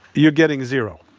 you're getting zero.